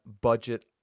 budget